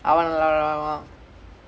oh ya that two then they got the